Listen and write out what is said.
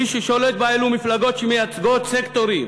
מי ששולט בה אלו מפלגות שמייצגות סקטורים